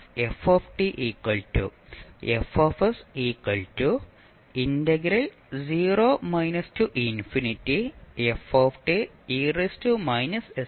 എന്താണ് s